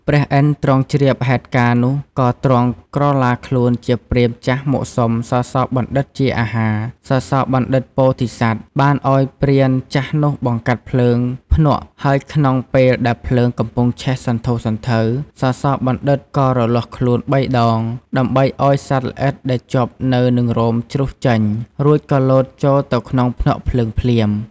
ព្រះឥន្ទទ្រង់ជ្រាបហេតុការណ៍នោះក៏ទ្រង់ ក្រឡាខ្លួន ជាព្រាហ្មណ៍ចាស់មកសុំ សសបណ្ឌិតជាអាហារ សសបណ្ឌិតពោធិសត្វ បានឲ្យព្រានចាស់នោះបង្កាត់ភ្លើងភ្នក់ហើយក្នុងពេលដែលភ្លើងកំពុងឆេះសន្ធោសន្ធៅ សសបណ្ឌិតក៏រលាស់ខ្លួន៣ដងដើម្បីឲ្យសត្វល្អិតដែលជាប់នៅនិងរោមជ្រុះចេញរួចក៏លោតចូលទៅក្នុងភ្នក់ភ្លើងភ្លាម។